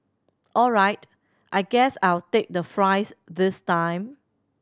all right I guess I'll take the fries this time